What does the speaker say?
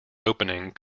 opening